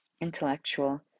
intellectual